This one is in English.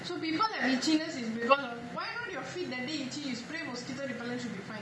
so people have itchiness is they gonna like why not that day your feet itchy you spray mosquito repellent should be fine ah